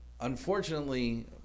unfortunately